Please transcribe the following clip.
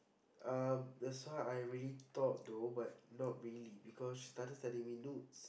um that's why I really thought though but not really because she started sending me nudes